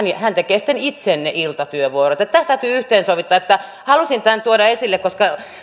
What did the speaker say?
niin hän tekee sitten itse ne iltatyövuorot että tässä täytyy yhteensovittaa halusin tämän tuoda esille koska